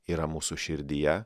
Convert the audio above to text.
yra mūsų širdyje